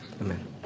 Amen